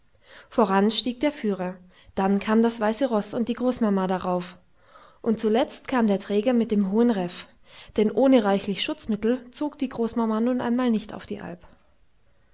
voran stieg der führer dann kam das weiße roß und die großmama darauf und zuletzt kam der träger mit dem hohen reff denn ohne reichlich schutzmittel zog die großmama nun einmal nicht auf die alp